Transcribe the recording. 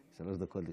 שלוש דקות לרשותך.